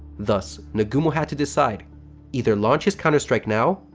thus, nagumo had to decide either launch his counter strike now,